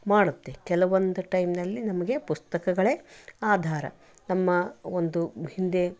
ಮಾಡುತ್ತೆ ಕೆಲವೊಂದು ಟೈಮ್ನಲ್ಲಿ ನಮಗೆ ಪುಸ್ತಕಗಳೇ ಆಧಾರ ನಮ್ಮ ಒಂದು ಹಿಂದೆ